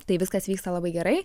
tai viskas vyksta labai gerai